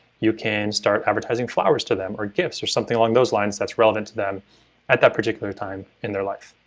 you can start advertising flowers to them or gifts or something along those lines that's relevant to them at that particular time in their life.